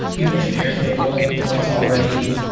you mentioned airtable once already.